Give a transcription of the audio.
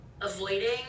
avoiding